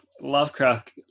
Lovecraft